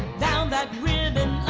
down that ribbon